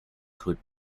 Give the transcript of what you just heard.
could